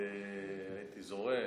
הייתי זורם,